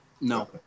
No